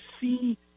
see